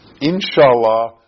Inshallah